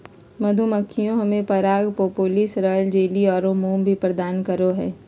मधुमक्खियां हमें पराग, प्रोपोलिस, रॉयल जेली आरो मोम भी प्रदान करो हइ